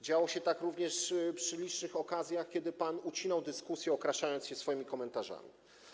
Działo się tak również przy licznych okazjach, kiedy pan ucinał dyskusje, okraszając je swoimi komentarzami.